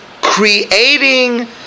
creating